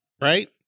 right